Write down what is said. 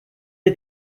des